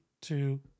two